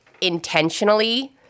intentionally –